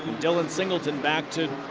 singleton back to